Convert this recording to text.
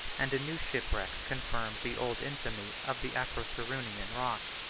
and a new shipwreck confirmed the old infamy of the acroceraunian rocks.